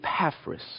Epaphras